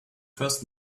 first